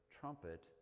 trumpet